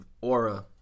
aura